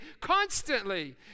constantly